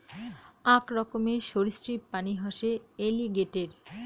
আক রকমের সরীসৃপ প্রাণী হসে এলিগেটের